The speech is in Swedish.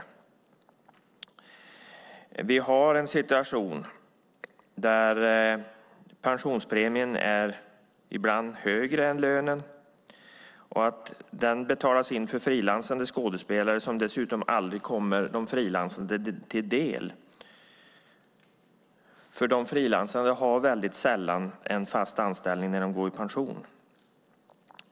Vi har en situation där pensionspremien ibland är högre än lönen. Den betalas in för frilansade skådespelare men kommer dem aldrig till del. De frilansade har nämligen sällan en fast anställning när de går i pension.